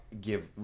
give